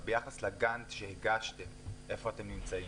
אבל ביחס לגאנט שהגשתם איפה אתם נמצאים?